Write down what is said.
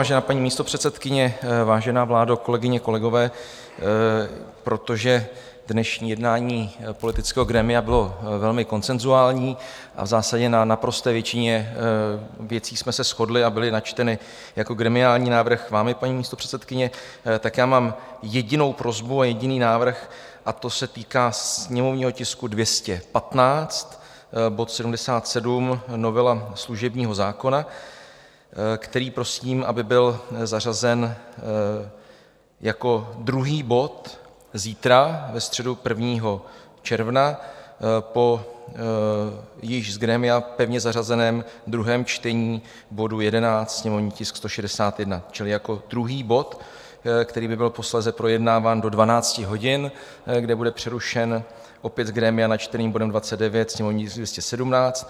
Vážená paní místopředsedkyně, vážená vládo, kolegyně, kolegové, protože dnešní jednání politického grémia bylo velmi konsenzuální, v zásadě na naprosté většině věcí jsme se shodli a byly načteny jako gremiální návrh vámi, paní místopředsedkyně, tak mám jedinou prosbu a jediný návrh, a to se týká sněmovního tisku 215, bod 77, novela služebního zákona, který prosím, aby byl zařazen jako druhý bod zítra ve středu 1. června po již z grémia pevně zařazeném druhém čtení bodu 11, sněmovní tisk 161, čili jako druhý bod, který by byl posléze projednáván do 12 hodin, kde bude přerušen opět z grémia načteným bodem 29, sněmovní tisk 217.